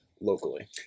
locally